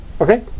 Okay